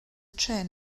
trên